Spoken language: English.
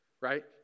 right